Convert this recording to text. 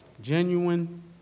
Genuine